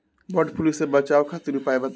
वड फ्लू से बचाव खातिर उपाय बताई?